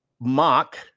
mock